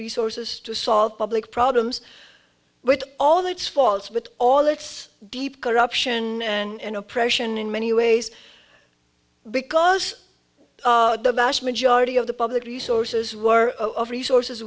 resources to solve public problems with all the its faults with all its deep corruption and oppression in many ways because the vast majority of the public resources were of resources